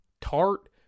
Tart